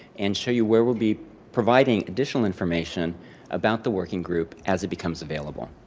and show you where we'll be providing additional information about the working group as it becomes available.